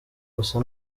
gusa